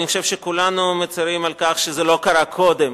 אני חושב שכולנו מצרים על כך שזה לא קרה קודם,